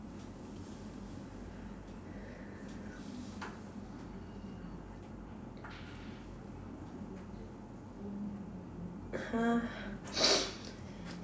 !huh!